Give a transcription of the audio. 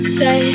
say